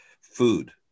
food